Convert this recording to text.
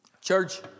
Church